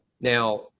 now